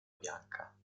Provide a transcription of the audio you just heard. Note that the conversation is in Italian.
bianca